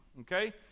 okay